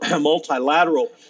multilateral